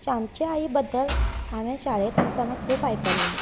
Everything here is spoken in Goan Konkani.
श्यामचे आई बद्दल हांवें शाळेंत आसतना खूब आयकल्लें